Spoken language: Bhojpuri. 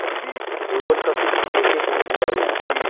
लोन क किस्त के के दियाई?